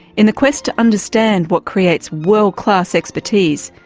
in the quest to understand what creates world-class expertise,